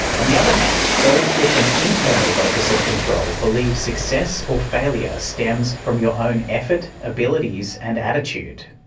on the other hand, those with an internal locus of control believe success or failure stems from your own effort, abilities, and attitude.